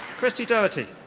christy doherty.